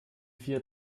vier